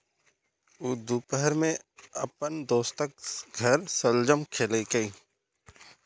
ऊ दुपहर मे अपन दोस्तक घर शलजम खेलकै